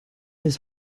his